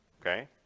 Okay